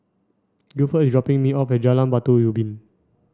Gilford is dropping me off at Jalan Batu Ubin